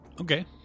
Okay